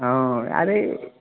অঁ আৰে